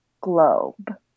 Globe